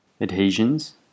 adhesions